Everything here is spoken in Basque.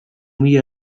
mila